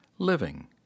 living